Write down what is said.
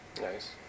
Nice